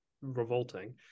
revolting